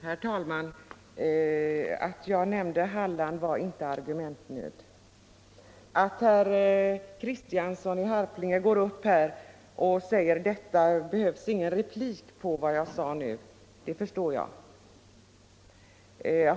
Herr talman! Att jag nämnde Halland berodde inte på argumentnöd. Men herr Kristianssons kommentar att hans uttalande inte kräver någon replik — det förstår jag.